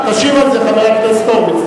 תשיב על זה, חבר הכנסת הורוביץ.